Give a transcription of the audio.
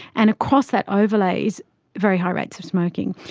and across that overlay is very high rates of smoking.